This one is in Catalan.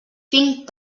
think